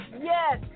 Yes